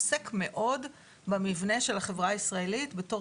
עוסק מאוד במבנה של החברה הישראלית בתור